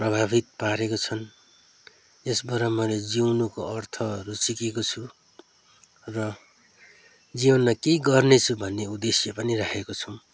प्रभावित पारेको छन् यसबाट मैले जिउनुको अर्थहरू सिकेको छु र जीवनलाई केही गर्नेछु भन्ने उद्देश्य पनि राखेको छु